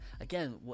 Again